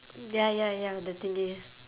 ya ya ya the thingy